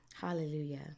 Hallelujah